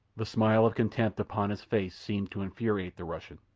the smile of contempt upon his face seemed to infuriate the russian.